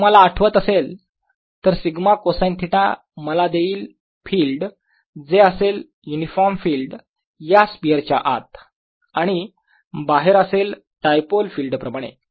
तुम्हाला आठवत असेल तर σ कोसाईन थिटा मला देईल फिल्ड जे असेल युनिफॉर्म फिल्ड या स्पियर च्या आत आणि बाहेर असेल डायपोल फिल्ड प्रमाणे